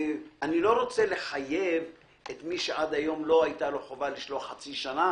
לא רוצה לחייב את מי שעד היום לא הייתה עליו חובה לשלוח כל חצי שנה.